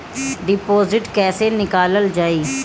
Deposit कैसे निकालल जाइ?